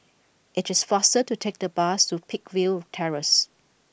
it is faster to take the bus to Peakville Terrace